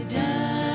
down